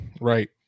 right